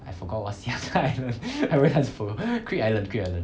I forgot what's the other island I remember is for greek island greek island